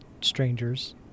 strangers